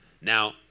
now